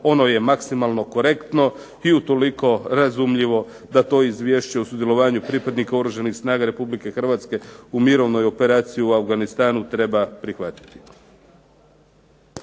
ono je maksimalno korektno i utoliko razumljivo da to Izvješće o sudjelovanju pripadnika Oružanih snaga Republike Hrvatske u mirovnoj operaciji u Afganistanu treba prihvatiti.